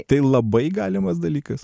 tai labai galimas dalykas